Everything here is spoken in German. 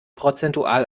prozentual